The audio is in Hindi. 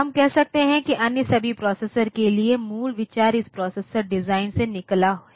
हम कह सकते हैं कि अन्य सभी प्रोसेसर के लिए मूल विचार इस प्रोसेसर डिजाइन से निकला है